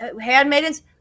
handmaidens